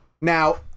Now